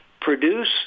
produce